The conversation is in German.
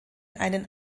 einen